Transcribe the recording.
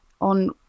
on